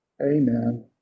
Amen